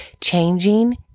Changing